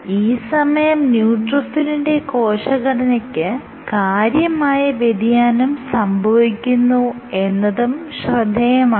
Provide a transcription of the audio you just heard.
ഈ സമയം ന്യൂട്രോഫിലിന്റെ കോശഘടനയ്ക്ക് കാര്യമായ വ്യതിയാനം സംഭവിക്കുന്നു എന്നതും ശ്രദ്ധേയമാണ്